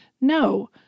No